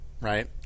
right